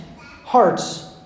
hearts